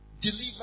deliver